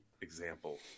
example